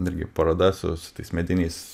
irgi paroda su su tais mediniais